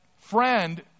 friend